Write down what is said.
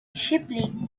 shipley